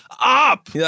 up